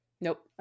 Nope